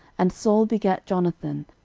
and saul begat jonathan,